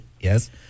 Yes